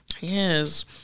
Yes